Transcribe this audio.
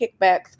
kickbacks